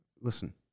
Listen